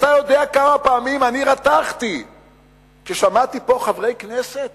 אתה יודע כמה פעמים אני רתחתי כששמעתי פה חברי כנסת